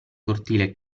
cortile